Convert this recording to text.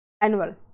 annual